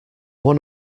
one